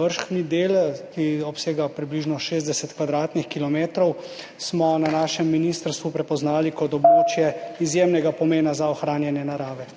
vrhnji del, ki obsega približno 60 kvadratnih kilometrov, smo na našem ministrstvu prepoznali kot območje izjemnega pomena za ohranjanje narave.